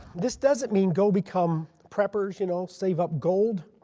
this doesn't mean go become preppers, you know save up gold